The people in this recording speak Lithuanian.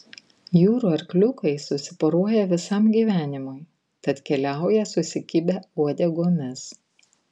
jūrų arkliukai susiporuoja visam gyvenimui tad keliauja susikibę uodegomis